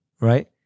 right